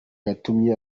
yatumye